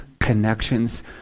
connections